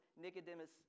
Nicodemus